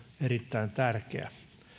erittäin tärkeä